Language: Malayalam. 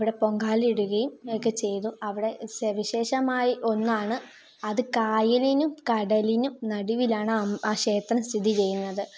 അവിടെ പൊങ്കാല ഇടുകയും ഒക്കെ ചെയ്തു അവിടെ സവിശേഷമായി ഒന്നാണ് അത് കായലിനും കടലിനും നടുവിലാണ് ആ ക്ഷേത്രം സ്ഥിതി ചെയ്യുന്നത്